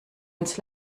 ins